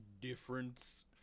difference